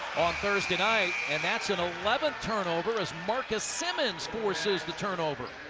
on thursday night. and that's an eleventh turnover as marcus simmons forces the turnover.